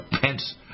Pence